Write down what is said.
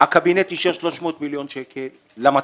הקבינט אישר 300 מיליון שקל למטוס,